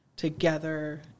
together